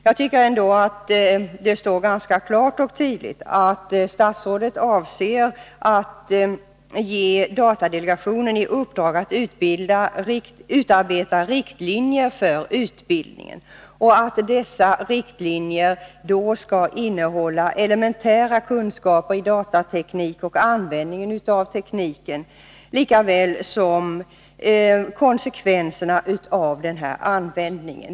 Jag tycker ändå att det står klart och tydligt att statsrådet avser att ge datadelegationen i uppdrag att utarbeta riktlinjer för utbildningen och att denna skall ge elementära kunskaper i datateknik och användningen av tekniken, liksom konsekvenserna av denna användning.